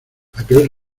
aquel